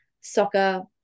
soccer